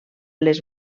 les